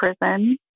prison